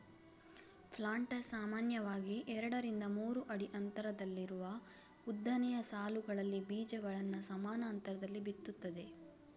planter ಸಾಮಾನ್ಯವಾಗಿ ಎರಡರಿಂದ ಮೂರು ಅಡಿ ಅಂತರದಲ್ಲಿರುವ ಉದ್ದನೆಯ ಸಾಲುಗಳಲ್ಲಿ ಬೀಜಗಳನ್ನ ಸಮಾನ ಅಂತರದಲ್ಲಿ ಬಿತ್ತುತ್ತದೆ